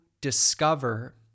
discover